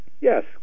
yes